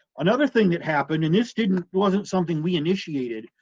another thing that happened, and this didn't, wasn't something we initiated,